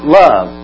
love